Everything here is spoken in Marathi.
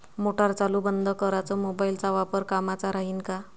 मोटार चालू बंद कराच मोबाईलचा वापर कामाचा राहीन का?